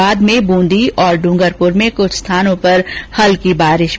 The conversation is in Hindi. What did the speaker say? बाद में ब्रंदी और ड्रंगरपुर में कुछ स्थानों पर हल्की बारिश भी हुई